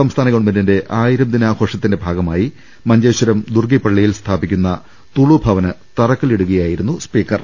സംസ്ഥാന ഗവൺമെന്റിന്റെ ആയിരം ദിനാഘോഷത്തിന്റെ ഭാഗമായി മഞ്ചേശ്വരം ദുർഗിപ്പള്ളിയിൽ സ്ഥാപിക്കുന്ന തുളുഭവന് തറക്കല്ലിടുകയായിരുന്നു സ്പീക്കർ